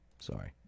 sorry